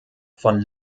von